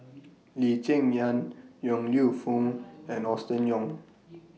Lee Cheng Yan Yong Lew Foong and Austen Ong